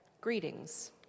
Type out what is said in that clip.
Greetings